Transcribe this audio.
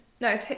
no